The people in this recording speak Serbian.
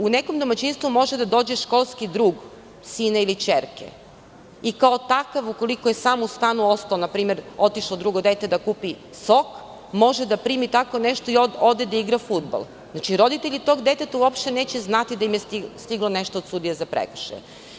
U nekom domaćinstvu može da dođe školski drug sina ili ćerke i, kao takav, ukoliko je sam u stanu ostao, na primer, otišlo drugo dete da kupi sok, može da primi tako nešto i ode da igra fudbal, znači, roditelji tog deteta uopšte neće znati da im je stiglo nešto od sudije za prekršaj.